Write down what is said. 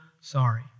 sorry